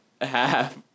half